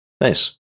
Nice